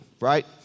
right